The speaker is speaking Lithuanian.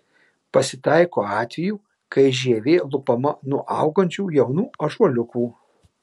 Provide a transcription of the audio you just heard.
pasitaiko atvejų kai žievė lupama nuo augančių jaunų ąžuoliukų